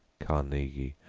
carnegie,